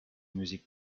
musique